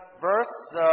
verse